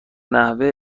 نحوه